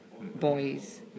boys